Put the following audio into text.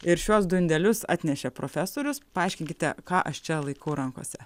ir šiuos du indelius atnešė profesorius paaiškinkite ką aš čia laikau rankose